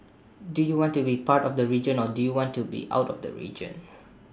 do you want to be part of the region or do you want to be out of the region